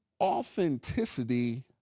Authenticity